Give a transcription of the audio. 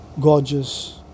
gorgeous